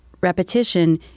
repetition